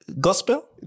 gospel